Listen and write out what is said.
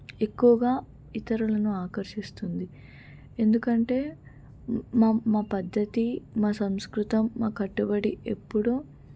ఎక్కువగా ఇతరులను ఆకర్షిస్తుంది ఎందుకంటే మా మా మా పద్ధతి మా సంస్కృతం మా కట్టుబడి ఎప్పుడూ